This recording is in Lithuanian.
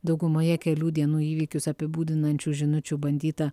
daugumoje kelių dienų įvykius apibūdinančių žinučių bandyta